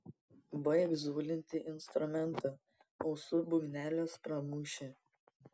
baik zulinti instrumentą ausų būgnelius pramuši